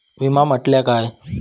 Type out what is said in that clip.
विमा म्हटल्या काय?